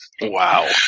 Wow